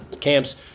camps